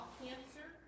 cancer